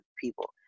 people